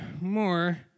more